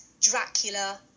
Dracula